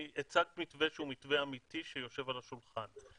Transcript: הצגת מתווה שהוא מתווה אמתי שיושב על השולחן.